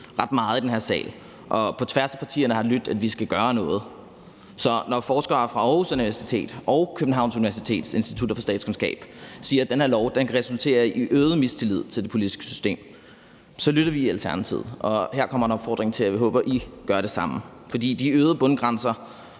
ret meget i den her sal. Og på tværs af partierne har det lydt, at vi skal gøre noget. Så når forskere fra Aarhus Universitets og Københavns Universitets institutter for statskundskab siger, at den her lov kan resultere i øget mistillid til det politiske system, lytter vi i Alternativet. Her kommer en opfordring til, at I gør det samme. De øgede bundgrænser